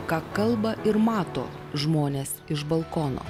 ką kalba ir mato žmonės iš balkono